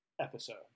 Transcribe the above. episode